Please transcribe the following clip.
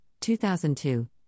2002